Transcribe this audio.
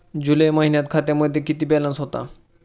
जुलै महिन्यात खात्यामध्ये किती बॅलन्स होता?